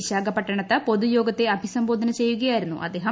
വിശാഖപട്ടണത്ത് പൊതുയോഗത്തെ അഭിസംബോധന ചെയ്യുകയായിരുന്നു അദ്ദേഹം